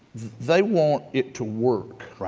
they want it to work.